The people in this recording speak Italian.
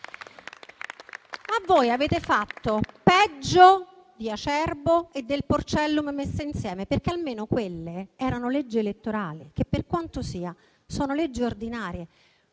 Voi avete fatto peggio di Acerbo e del Porcellum messi insieme, perché almeno quelle erano leggi elettorali, che comunque sono leggi ordinarie.